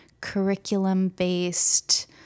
curriculum-based